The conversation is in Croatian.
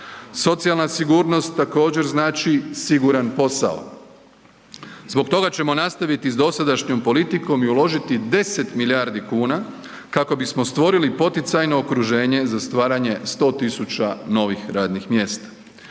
Socijalna sigurnost također znači siguran posao, zbog toga ćemo nastaviti s dosadašnjom politikom i uložiti 10 milijardi kuna kako bismo stvorili poticajno okruženje za stvaranje 100.000 novih radnih mjesta.